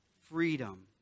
freedom